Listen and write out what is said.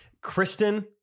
Kristen